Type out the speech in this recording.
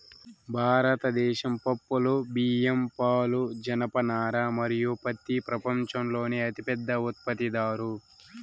భారతదేశం పప్పులు, బియ్యం, పాలు, జనపనార మరియు పత్తి ప్రపంచంలోనే అతిపెద్ద ఉత్పత్తిదారు